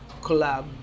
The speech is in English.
collab